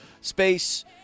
space